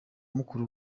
mukuru